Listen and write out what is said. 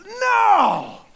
no